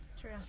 True